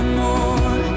more